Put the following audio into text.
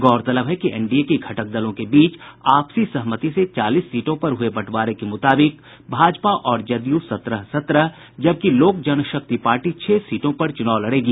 गौरतलब है कि एनडीए के घटक दलों के बीच आपसी सहमति से चालीसों सीटों पर हुए बंटवारे के मुताबिक भाजपा और जदयू सत्रह सत्रह जबकि लोक जनशक्ति पार्टी छह सीटों पर चुनाव लड़ेगी